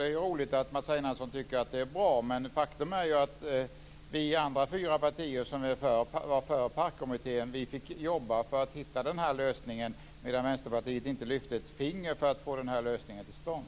Det är roligt att Mats Einarsson tycker att det är bra, men faktum är att vi andra fyra partier som var för PARK-kommittén fick jobba för att hitta den här lösningen, medan Vänsterpartiet inte lyfte ett finger för att få den lösningen till stånd.